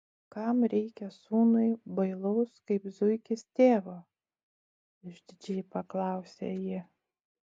kam reikia sūnui bailaus kaip zuikis tėvo išdidžiai paklausė ji